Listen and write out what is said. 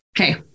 Okay